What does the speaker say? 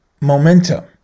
momentum